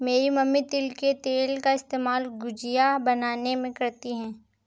मेरी मम्मी तिल के तेल का इस्तेमाल गुजिया बनाने में करती है